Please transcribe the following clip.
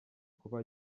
kuba